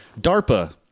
DARPA